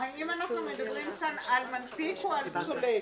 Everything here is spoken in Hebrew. האם אנחנו מדברים פה על מנפיק או על סולק?